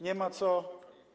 Nie ma co.